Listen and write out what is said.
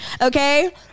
Okay